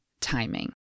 timing